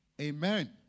Amen